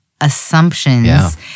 assumptions